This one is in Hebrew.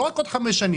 לא רק עוד חמש שנים.